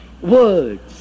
words